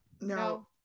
No